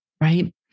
Right